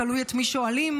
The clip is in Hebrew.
תלוי את מי שואלים,